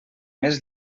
més